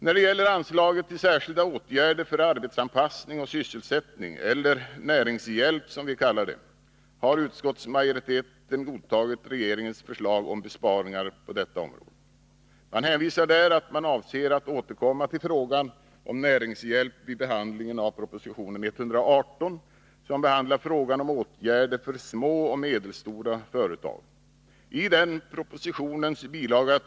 När det gäller anslaget till ”Särskilda åtgärder för arbetsanpassning och sysselsättning”, eller näringshjälp, som vi kallar det, har utskottsmajoriteten godtagit regeringens förslag om besparingar på detta område. Man hänvisar till att man avser att återkomma till frågan om näringshjälp vid behandlingen av proposition 118, som rör åtgärder för små och medelstora företag. I den propositionens bil.